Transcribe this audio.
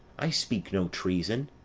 i speak no treason.